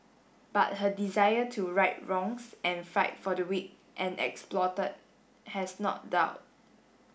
but her desire to right wrongs and fight for the weak and exploited has not dulled